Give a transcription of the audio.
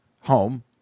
home